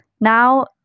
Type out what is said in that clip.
Now